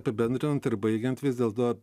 apibendrinant ir baigiant vis dėlto